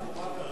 עפו, מה קרה?